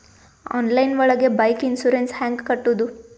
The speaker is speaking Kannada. ಆನ್ಲೈನ್ ಒಳಗೆ ಬೈಕ್ ಇನ್ಸೂರೆನ್ಸ್ ಹ್ಯಾಂಗ್ ಕಟ್ಟುದು?